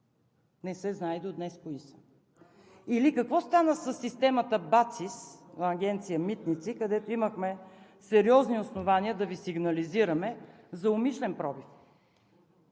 Не се знае и до днес кои са. Или: какво стана със системата БАЦИС на Агенция „Митници“, където имахме сериозни основания да Ви сигнализираме за умишлен пробив?